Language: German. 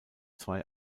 zwei